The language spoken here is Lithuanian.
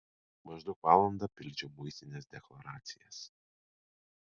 maždaug valandą pildžiau muitinės deklaracijas